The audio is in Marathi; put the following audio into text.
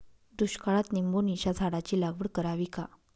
दुष्काळात निंबोणीच्या झाडाची लागवड करावी का?